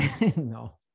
No